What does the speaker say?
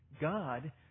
God